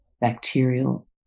bacterial